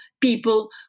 people